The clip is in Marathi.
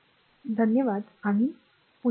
धन्यवाद आम्ही पुन्हा येऊ